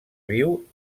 viu